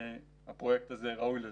הפרויקט הזה ראוי לזה.